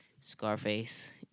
Scarface